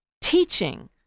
teaching